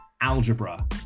Algebra